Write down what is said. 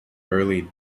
early